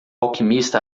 alquimista